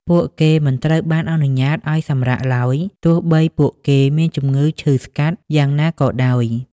ពួកគេមិនត្រូវបានអនុញ្ញាតឱ្យសម្រាកឡើយ ទោះបីពួកគេមានជម្ងឺឈឺស្កាត់យ៉ាងណាក៏ដោយ។